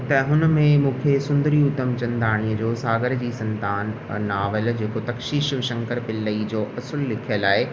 त हुन में मूंखे सुंदरी उतमचंदाणीअ जो सागर जी संतान नावेल जेको तक्शी शिवशंकर पिल्लई जो असुल लिखियुल आहे